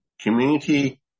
community